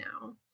now